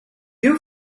you